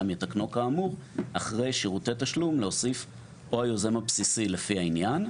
יתקנו כאמור אחרי שירותי תשלום להוסיף או היוזם הבסיסי לפי העניין,